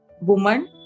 woman